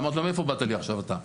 אמרתי לו, מאיפה באת לי עכשיו אתה?